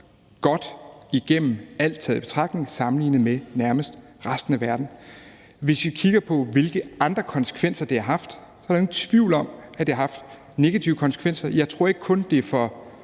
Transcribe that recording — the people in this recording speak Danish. godt igennem det alt taget i betragtning sammenlignet med nærmest resten af verden. Hvis vi kigger på, hvilke andre konsekvenser det har haft, er der ingen tvivl om, at det har haft negative konsekvenser. Jeg tror ikke kun, at det er for